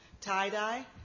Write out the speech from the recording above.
tie-dye